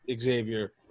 Xavier –